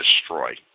destroy